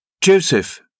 Joseph